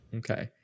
okay